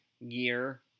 year